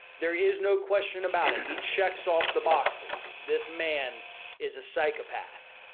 there is no question about it. he checks off the boxes. this man is a psychopath